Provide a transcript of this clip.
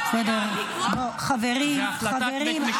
אורית, אורית, מה זה האמירה המחבל המורשע?